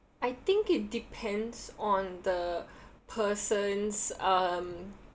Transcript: I think it depends on the person's um